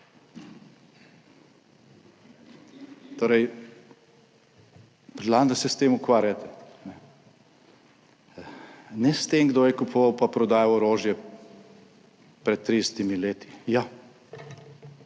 Torej predlagam, da se s tem ukvarjate, ne s tem kdo je kupoval pa prodajal orožje pred 30 leti -